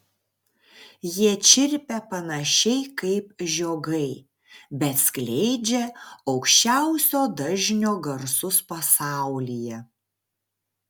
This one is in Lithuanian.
jie čirpia panašiai kaip žiogai bet skleidžia aukščiausio dažnio garsus pasaulyje